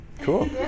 Cool